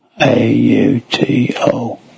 A-U-T-O